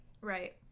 Right